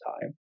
time